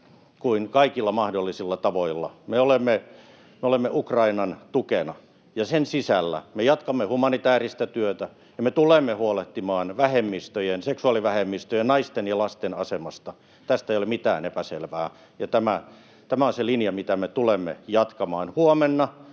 kuin kaikilla mahdollisilla tavoilla. Me olemme Ukrainan tukena, ja sen sisällä me jatkamme humanitääristä työtä, ja me tulemme huolehtimaan vähemmistöjen, seksuaalivähemmistöjen, naisten ja lasten asemasta. Tästä ei ole mitään epäselvää, ja tämä on se linja, mitä me tulemme jatkamaan.